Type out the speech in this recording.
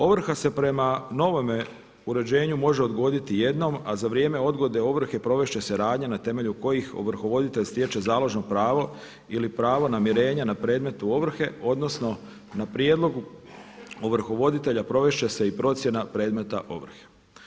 Ovrha se prema novome uređenju može odgoditi jednom a za vrijeme odgode ovrhe provesti će se radnja na temelju kojih ovrhovoditelj stječe založno pravo ili pravo namirenja na predmet ovrhe odnosno na prijedlogu ovrhovoditelja provesti će se i procjena predmeta procjene ovrhe.